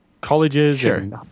colleges